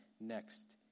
next